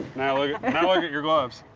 now look like at your gloves.